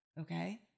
okay